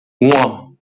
one